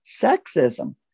sexism